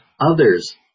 others